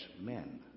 men